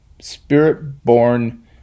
Spirit-born